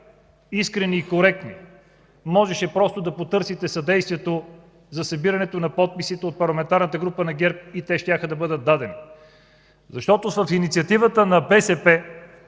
искрени и коректни, можеше просто да потърсите съдействието за събирането на подписите от Парламентарната група на ГЕРБ и те щяха да бъдат дадени. Защото в инициативата на БСП,